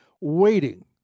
waiting